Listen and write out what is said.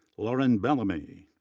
lauren bellamy,